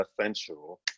essential